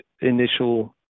initial